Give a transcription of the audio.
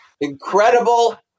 incredible